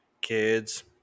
Kids